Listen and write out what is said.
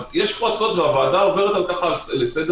אז יש פרצות והוועדה עוברת על זה לסדר-היום?